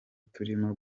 turimo